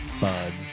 Buds